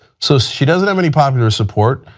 so she doesn't have any popular support.